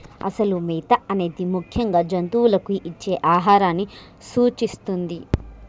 అసలు మేత అనేది ముఖ్యంగా జంతువులకు ఇచ్చే ఆహారాన్ని సూచిస్తుంది